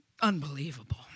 unbelievable